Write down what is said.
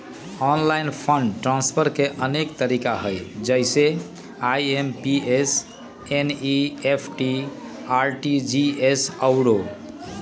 online fund transfer के अनेक तरिका हइ जइसे आइ.एम.पी.एस, एन.ई.एफ.टी, आर.टी.जी.एस आउरो